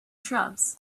shrubs